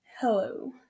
hello